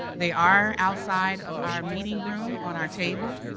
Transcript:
they are outside of our meeting room on our table.